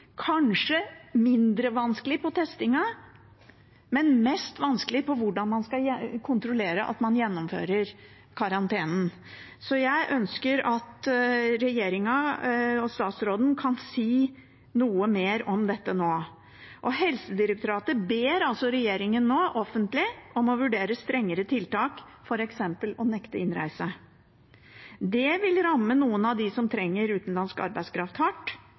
kanskje mindre vanskelig ved testingen, men mest vanskelig når det gjelder hvordan man skal kontrollere at man gjennomfører karantenen. Jeg ønsker at regjeringen og statsråden kan si noe mer om dette nå. Helsedirektoratet ber altså regjeringen nå, offentlig, om å vurdere strengere tiltak, f.eks. å nekte innreise. Det vil ramme noen av dem som trenger utenlandsk arbeidskraft, hardt,